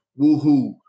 Woohoo